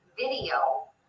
video